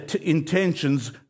intentions